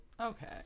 Okay